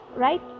Right